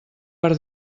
per